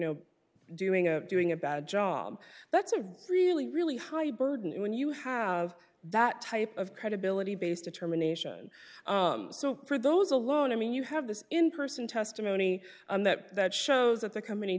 know doing a doing a bad job that's a really really high burden when you have that type of credibility based determination so for those alone i mean you have this in person testimony that that shows that the company